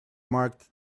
marked